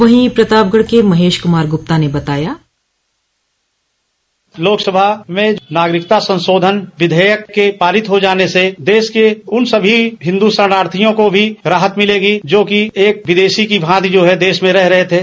वहीं प्रतापगढ़ के महेश कुमार गुप्ता ने बताया लोकसभा में नागरिक संशोधन विधेयक के पारित हो जाने से देश के उन सभी हिन्दू शरणार्थियों को राहत मिलेगी जो एक विदेशी की भांति देश में रह रहे थे